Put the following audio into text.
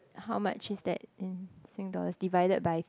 how much is that in sing dollars divided by